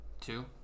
Two